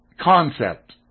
concept